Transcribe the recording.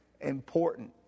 Important